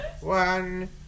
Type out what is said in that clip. one